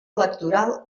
electoral